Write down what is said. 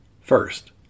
First